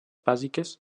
bàsiques